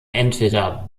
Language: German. entweder